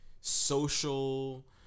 social